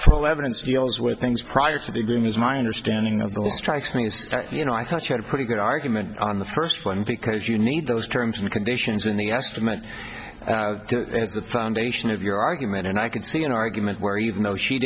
the evidence deals with things prior to the game is my understanding of those strikes me as you know i thought you had a pretty good argument on the first one because you need those terms and conditions in the estimate as the foundation of your argument and i can see an argument where even though she